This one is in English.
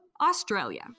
Australia